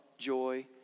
joy